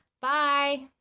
bye!